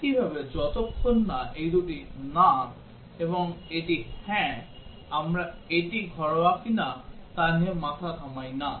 একইভাবে যতক্ষণ না এই দুটি না এবং এটি হ্যাঁ আমরা এটি ঘরোয়া কিনা তা নিয়ে মাথা ঘামাই না